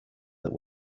that